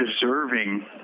deserving